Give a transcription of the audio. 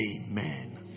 Amen